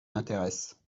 m’intéresse